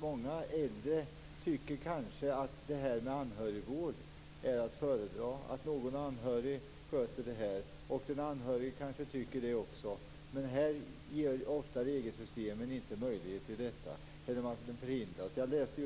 Många äldre tycker kanske att anhörigvård är att föredra, dvs. att någon anhörig sköter vården. Kanske tycker också den anhörige det. Men här är det ofta så att regelsystemen inte medger den möjligheten. I varje fall förhindras den. Jag läste